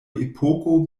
epoko